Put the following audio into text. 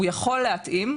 הוא יכול להתאים,